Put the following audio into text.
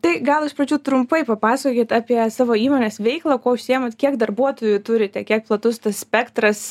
tai gal iš pradžių trumpai papasakokit apie savo įmonės veiklą kuo užsiimat kiek darbuotojų turite kiek platus tas spektras